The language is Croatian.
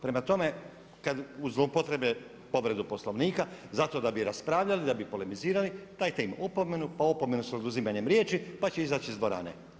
Prema tome, kad uz zloupotrebe povredu Poslovnika, zato da bi raspravljali, da bi polemizirali, dajte im opomenu, pa opomenu sa oduzimanjem riječi, pa će izaći iz dvorane.